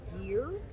year